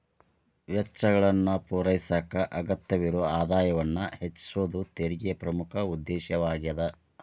ವೆಚ್ಚಗಳನ್ನ ಪೂರೈಸಕ ಅಗತ್ಯವಿರೊ ಆದಾಯವನ್ನ ಹೆಚ್ಚಿಸೋದ ತೆರಿಗೆ ಪ್ರಮುಖ ಉದ್ದೇಶವಾಗ್ಯಾದ